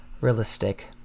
realistic